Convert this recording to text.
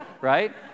right